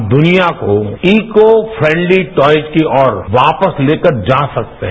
हम दुनिया को ईको फ्रॅडली टॉक्स की और वापस लेकर जा सकते हैं